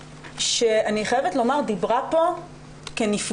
ואני חייבת לומר שהיא דיברה כאן כנפגעת.